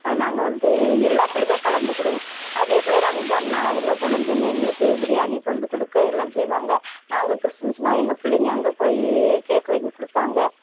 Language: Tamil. அது நாங்கள் வந்து எல்லாத்துலையுமே கலந்துக்கிடுவோம் அதே போல் ரம்ஜான்னா அவங்க கொண்டு வந்து இங்கே எங்களுக்கு பிரியானி கொண்டு கொடுக்க எல்லாம் செய்வாங்க நாங்கள் கிறிஸ்மஸுன்னா எங்கள் பிள்ளைங்கள் அங்கே போய் கேக் வாங்கிக் கொடுப்பாங்க